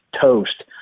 toast